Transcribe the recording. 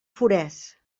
forès